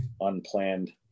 unplanned